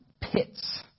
pits